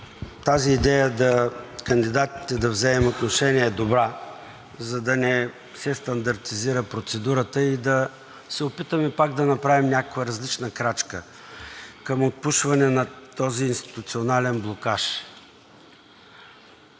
тази идея – кандидатите да вземем отношение, е добра, за да не се стандартизира процедурата и да се опитаме пак да направим някаква различна крачка към отпушване на този институционален блокаж.